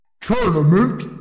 Tournament